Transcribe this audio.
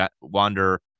wander